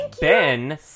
Ben